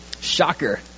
Shocker